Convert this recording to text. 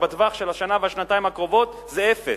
בטווח של השנה והשנתיים הקרובות זה אפס.